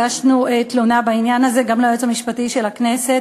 הגשנו תלונה בעניין הזה גם ליועץ המשפטי של הכנסת